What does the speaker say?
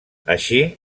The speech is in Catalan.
així